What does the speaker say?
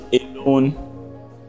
alone